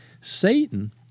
Satan